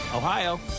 Ohio